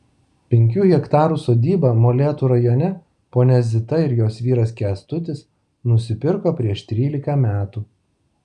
penkių hektarų sodybą molėtų rajone ponia zita ir jos vyras kęstutis nusipirko prieš trylika metų